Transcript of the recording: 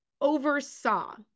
oversaw